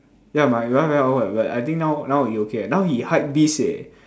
ya my one very awkward I think now now he okay eh now he hypebeast eh